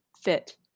fit